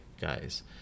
guys